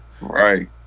Right